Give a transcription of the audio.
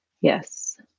yes